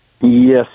Yes